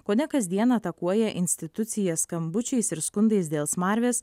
kone kasdien atakuoja institucijas skambučiais ir skundais dėl smarvės